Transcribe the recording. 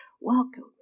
Welcome